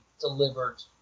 delivered